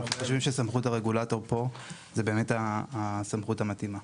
אנחנו חושבים שסמכות הרגולטור פה היא באמת הסמכות המתאימה.